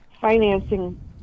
financing